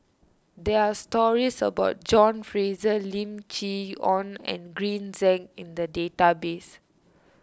there are stories about John Fraser Lim Chee Onn and Green Zeng in the database